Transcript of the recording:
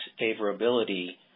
favorability